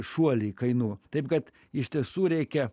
šuolį kainų taip kad iš tiesų reikia